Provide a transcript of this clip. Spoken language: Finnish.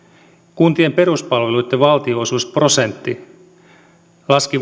kuntien peruspalveluitten valtionosuusprosentti laski